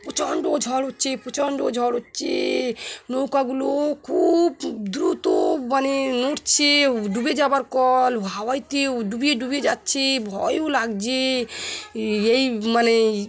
প্রচণ্ড ঝড় হচ্ছে প্রচণ্ড ঝড় হচ্ছে নৌকাগুলো খুব দ্রুত মানে নড়ছে ডুবে যাওয়ার কল হাওয়াতে ডুবিয়ে ডুবিয়ে যাচ্ছে ভয়ও লাগছে এই মানে